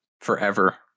forever